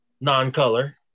non-color